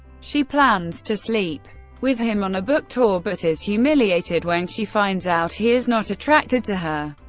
she plans to sleep with him on a book tour, but is humiliated when she finds out he is not attracted to her.